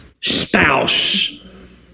spouse